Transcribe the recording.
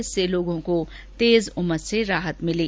इससे लोगों को तेज उमस से राहत मिली